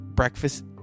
breakfast